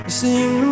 sing